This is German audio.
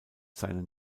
seinen